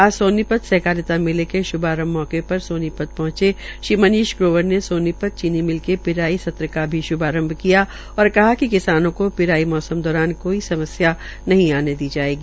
आज सोनीपत सहकारिता मेले के श्भारंभ मौके पर सोनीपत पहंचे श्री मनीष ग्रोवर ने सोनीपत चीनी मिल के पिराई सत्र का श्भारंभ किया और कहा कि किसानों को पिराड्र मौसम दौरान कोई समस्या नहीं आने दी जायेगी